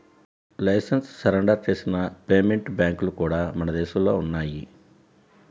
licence surrender చేసిన payment బ్యాంక్లు కూడా మన దేశంలో ఉన్నయ్యి